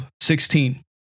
16